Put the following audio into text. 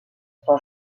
son